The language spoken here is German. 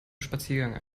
spaziergang